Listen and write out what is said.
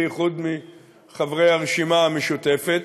בייחוד מחברי הרשימה המשותפת